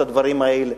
את הדברים האלה: